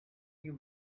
you